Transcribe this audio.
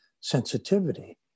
sensitivity